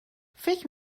فکر